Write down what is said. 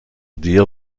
dir